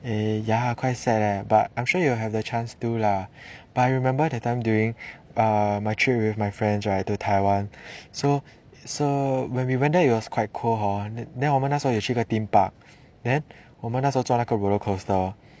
eh ya quite sad leh but I'm sure you will have the chance to lah but I remember that time during uh my trip with my friends right to taiwan so so when we went there it was quite cold hor then 我们那时候也去一个 theme park then 我们那时候坐那个 roller coaster